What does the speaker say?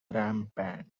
rampant